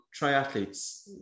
triathletes